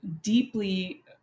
deeply